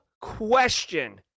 question